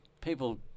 People